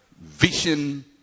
Vision